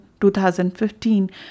2015